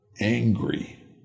angry